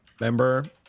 member